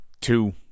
Two